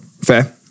Fair